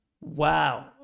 Wow